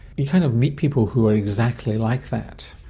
you kind of meet people who are exactly like that.